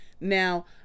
Now